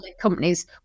companies